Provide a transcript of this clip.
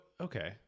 okay